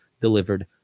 delivered